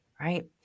right